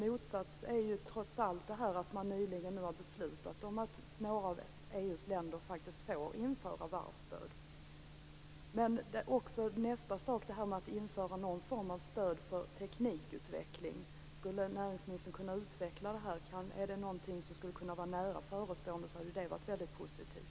Men trots allt har man nyligen beslutat om att några av EU:s länder faktiskt får införa varvsstöd. Skulle näringsministern kunna utveckla det som han sade om att man skulle kunna införa någon form av stöd för teknikutveckling? Om det är något som kan vara nära förestående så vore det mycket positivt.